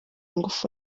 ingufu